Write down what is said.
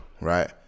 right